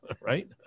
right